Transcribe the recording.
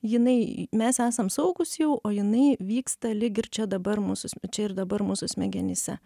jinai mes esam saugūs jau o jinai vyksta lyg ir čia dabar mūsų čia ir dabar mūsų smegenyse